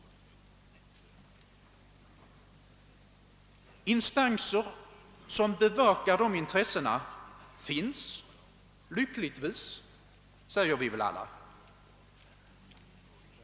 Instanser som bevakar dessa intressen finns — lyckligtvis, säger vi väl alla.